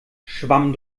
schwamm